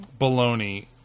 baloney